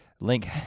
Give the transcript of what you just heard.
Link